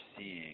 seeing